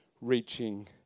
reaching